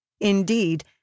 Indeed